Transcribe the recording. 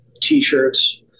t-shirts